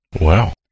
Wow